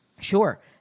Sure